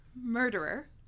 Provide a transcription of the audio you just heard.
murderer